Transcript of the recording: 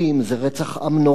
זה רצח עם נורא,